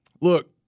look